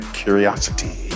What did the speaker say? curiosity